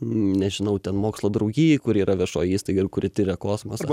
nežinau ten mokslo draugijai kuri yra viešoji įstaiga ir kuri tiria kosmosą